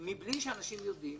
מבלי שאנשים יודעים,